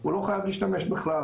הוא לא חייב להשתמש בכלל.